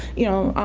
you know,